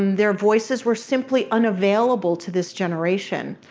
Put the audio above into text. um they're voices, were simply unavailable to this generation.